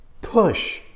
push